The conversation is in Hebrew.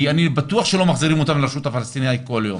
כי אני בטוח שלא מחזירים אותם לרשות הפלסטינית כל יום.